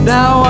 Now